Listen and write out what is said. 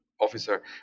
officer